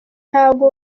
ntago